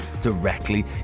directly